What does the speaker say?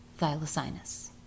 Thylacinus